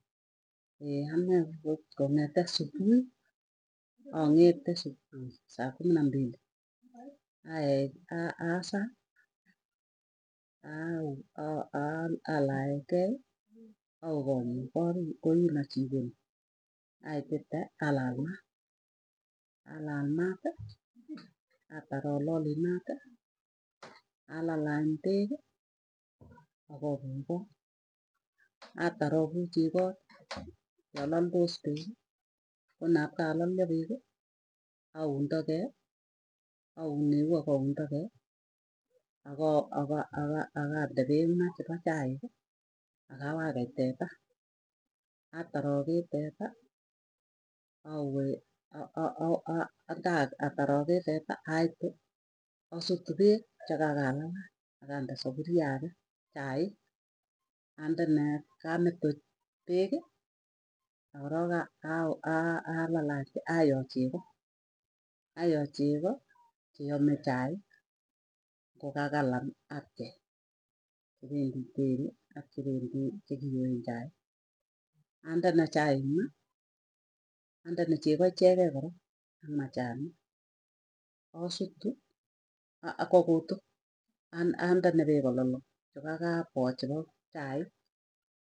aneeakot kongetee supui saa kumi na mbili ayai asaa aun alachkei awee koo nyuu koino chikoni, aitite alal maat, alal maati, atar alali maati alalany peeki akapuch kot atar apuchi kot yalaldos peeki konap kakolalio peeki. Aun tokee akande peek maa chipo chaiki, akawakei teta. Atar akee teta awee atar akee teta aitu asutu peek chekakalalany akande sapuryee ake chaik. Andene kaa meto peeki, akorok ayoo chego. Ayoo chego cheyame chaik ngoka kalan apchei, chependi dairy ak chekiyoen chaik. Andene chaik maa andene chego ichegei korok ak machanik asutu kokutu andene peek kololong chekakapoo chepo chaik.